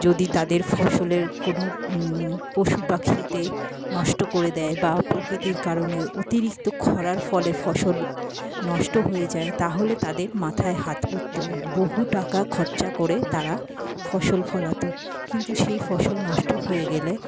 যদি তাদের ফসলের কোনো পশু পাখিতে নষ্ট করে দেয় বা প্রকৃতির কারণে অতিরিক্ত খরার ফলে ফসল নষ্ট হয়ে যায় তাহলে তাদের মাথায় হাত পরতো বহু টাকা খরচা করে তারা ফসল ফলাতো কিন্তু সেই ফসল নষ্ট হয়ে গেলে